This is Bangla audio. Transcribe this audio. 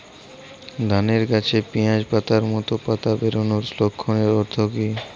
ধানের গাছে পিয়াজ পাতার মতো পাতা বেরোনোর লক্ষণের অর্থ কী?